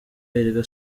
erega